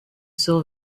saw